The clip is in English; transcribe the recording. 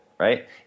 right